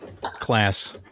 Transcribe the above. class